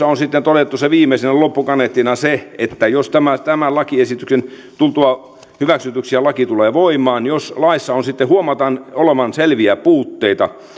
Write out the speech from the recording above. on sitten todettu viimeisenä loppukaneettina se että jos tämän lakiesityksen tultua hyväksytyksi laki tulee voimaan ja laissa sitten huomataan olevan selviä puutteita